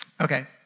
Okay